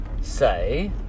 say